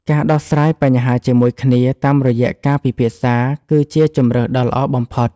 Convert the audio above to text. ការដោះស្រាយបញ្ហាជាមួយគ្នាតាមរយៈការពិភាក្សាគឺជាជម្រើសដ៏ល្អបំផុត។